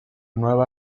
nueva